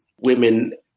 women